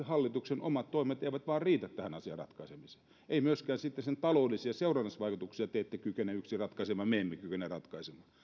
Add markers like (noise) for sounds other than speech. (unintelligible) hallituksen omat toimet eivät yksinkertaisesti vain riitä tämän asian ratkaisemiseen myöskään sen taloudellisia seurannaisvaikutuksia te ette kykene yksin ratkaisemaan me emme kykene ratkaisemaan